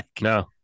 no